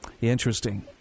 Interesting